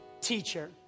teacher